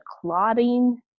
clotting